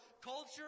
culture